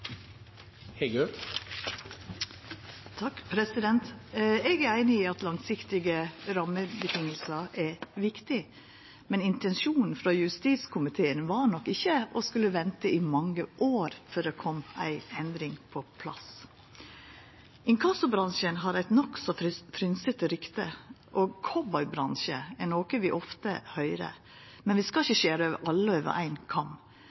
viktig, men intensjonen frå justiskomiteen var nok ikkje at ein skulle venta i mange år før det kom ei endring på plass. Inkassobransjen har eit nokså frynsete rykte. «Cowboy-bransje» er noko vi ofte høyrer, men vi skal ikkje skjera alle over éin kam.